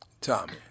Tommy